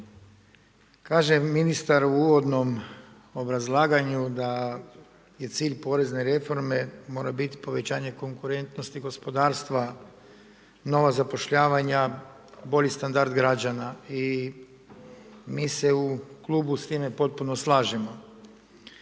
Kaže ministar u uvodnom obrazlaganju da je cilj porezne reforme mora bit povećanje konkurentnosti, gospodarstva, nova zapošljavanja, bolji standard građana i mi se u klubu s time potpuno slažemo,